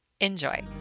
Enjoy